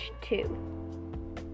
two